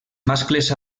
mascles